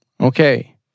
Okay